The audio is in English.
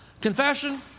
confession